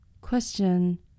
Question